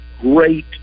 great